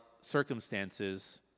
circumstances